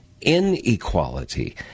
inequality